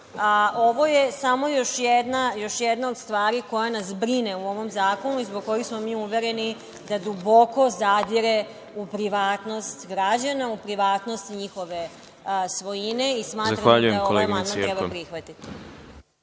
Ovo je samo još jedna od stvari koja nas brine u ovom zakonu i zbog koje smo mi uvereni da duboko zadire u privatnost građana, u privatnost njihove svojine i smatram da amandman treba prihvatiti.